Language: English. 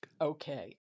Okay